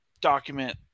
document